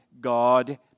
God